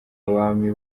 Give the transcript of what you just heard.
abami